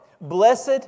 Blessed